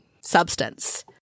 substance